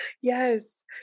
Yes